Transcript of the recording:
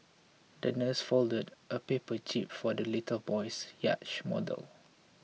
the nurse folded a paper jib for the little boy's yacht model